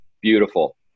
beautiful